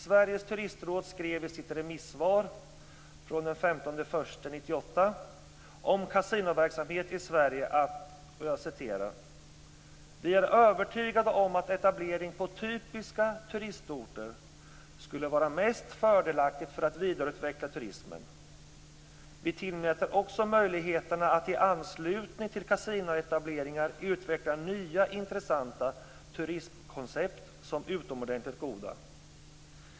Sveriges Turistråd skrev i sitt remissvar från den 15 januari 1998 om kasinoverksamhet i Sverige: "Vi är övertygade om att etablering på typiska turistorter skulle vara mest fördelaktigt för att vidareutveckla turismen. Vi tillmäter också möjligheterna att i anslutning till kasinoetableringar utveckla nya intressanta turism-koncept som utomordentligt goda.